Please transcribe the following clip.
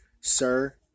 Sir